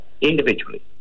individually